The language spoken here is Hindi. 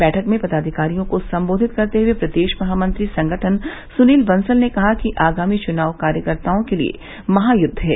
बैठक में पदाधिकारियों को संबोधित करते हुए प्रदेश महामंत्री संगठन सुनील बसल ने कहा कि आगामी चुनाव कार्यकर्ताओं के लिए महायुद्द है